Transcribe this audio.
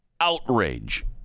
outrage